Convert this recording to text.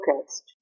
focused